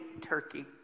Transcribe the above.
Turkey